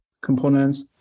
components